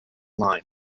line